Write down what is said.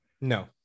no